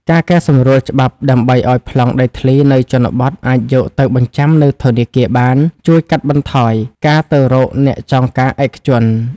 ការកែសម្រួលច្បាប់ដើម្បីឱ្យប្លង់ដីធ្លីនៅជនបទអាចយកទៅបញ្ចាំនៅធនាគារបាន ជួយកាត់បន្ថយការទៅរកអ្នកចងការឯកជន។